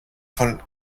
von